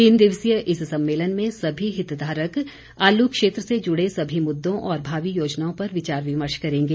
तीन दिवसीय इस सम्मेलन में सभी हितधारक आलू क्षेत्र से जुड़े सभी मुद्दों और भावी योजनाओं पर विचार विमर्श करेंगे